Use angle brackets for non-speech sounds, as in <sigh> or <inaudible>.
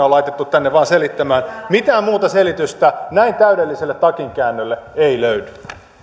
<unintelligible> on laitettu tänne vain selittämään mitään muuta selitystä näin täydelliselle takinkäännölle ei löydy